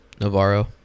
Navarro